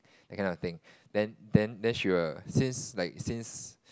that kind of thing then then then she will since like since